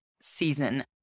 season